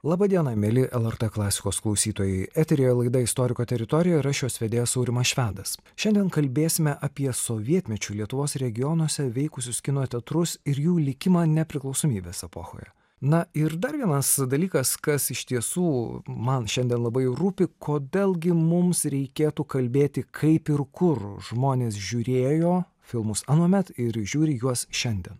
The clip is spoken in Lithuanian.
laba diena mieli lrt klasikos klausytojai eteryje laidą istoriko teritorija ir aš jos vedėjas aurimas švedas šiandien kalbėsime apie sovietmečiu lietuvos regionuose veikusius kino teatrus ir jų likimą nepriklausomybės epochoje na ir dar vienas dalykas kas iš tiesų man šiandien labai rūpi kodėl gi mums reikėtų kalbėti kaip ir kur žmonės žiūrėjo filmus anuomet ir žiūri juos šiandien